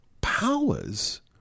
powers